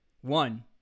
One